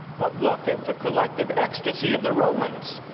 but look at the collective ecstasy of the romans.